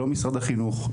לא משרד החינוך,